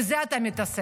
בזה אתה מתעסק.